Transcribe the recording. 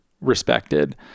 respected